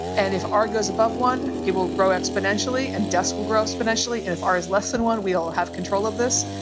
and if our goes above one, it will grow exponentially and desk will grow specially. and if our is less than one, we'll have control of this.